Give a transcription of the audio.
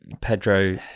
pedro